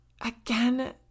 again